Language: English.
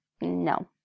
no